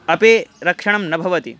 अपि रक्षणं न भवति